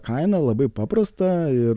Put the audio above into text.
kaina labai paprasta ir